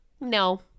No